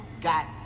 got